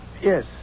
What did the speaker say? yes